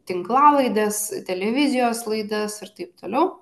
tinklalaides televizijos laidas ir taip toliau